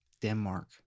Denmark